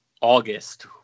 August